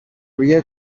روی